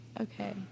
Okay